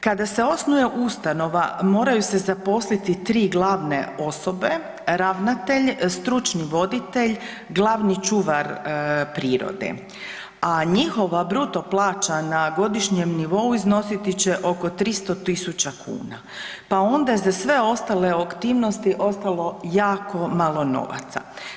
Kada se osnuje ustanova moraju se zaposliti 3 glavne osobe, ravnatelj, stručni voditelj, glavni čuvar prirode, a njihova bruto plaća na godišnjem nivou iznositi će oko 300.000 kuna, pa onda je za sve ostale aktivnosti ostalo jako malo novaca.